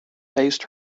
based